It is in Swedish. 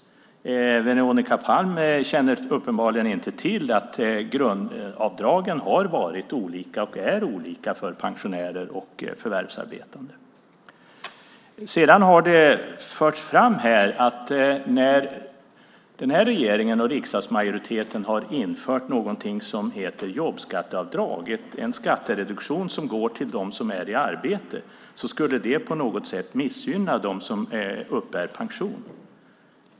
Veronica Palm känner uppenbarligen inte till att grundavdragen har varit och är olika för pensionärer och för förvärvsarbetande. Det har förts fram här att när nu den här regeringen och riksdagsmajoriteten har infört någonting som heter jobbskatteavdrag, en skattereduktion som går till dem som är i arbete, skulle det på något sätt missgynna dem som uppbär pension.